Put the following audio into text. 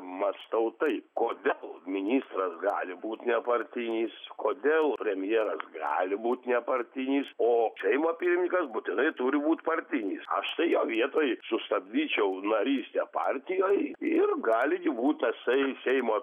mąstau taip kodėl ministras gali būt nepartinis kodėl premjeras gali būt nepartinis o seimo pirmininkas būtinai turi būt partinis aš tai jo vietoj sustabdyčiau narystę partijoj ir gali gi būt tasai seimo